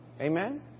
Amen